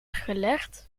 gelegd